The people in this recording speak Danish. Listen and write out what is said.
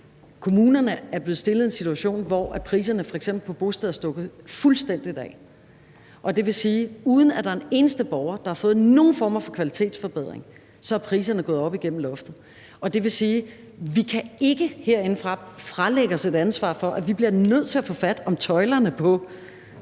kommunerne er blevet stillet i en situation, hvor priserne på f.eks. bosteder er stukket fuldstændig af, og det vil sige, at uden at der er en eneste borger, der har fået nogen former for kvalitetsforbedring, så er priserne gået op igennem loftet. Det vil sige, at vi ikke herindefra kan fralægge os et ansvar for det. Vi bliver nødt til at få fat om tøjlerne på